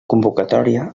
convocatòria